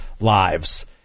lives